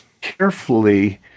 carefully